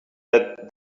that